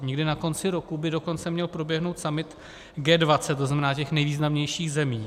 Někdy na konci roku by dokonce měl proběhnout summit G20, tzn. těch nejvýznamnějších zemí.